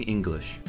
English